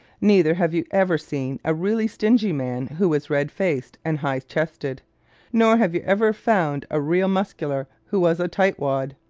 neither have you ever seen a really stingy man who was red-faced and high-chested. nor have you ever found a real muscular who was a tightwad.